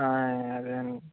అదే అండి